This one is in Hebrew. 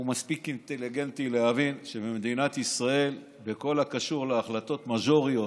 הוא מספיק אינטליגנטי להבין שבמדינת ישראל בכל הקשור להחלטות מז'וריות,